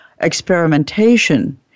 experimentation